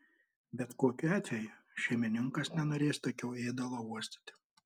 bet kokiu atveju šeimininkas nenorės tokio ėdalo uostyti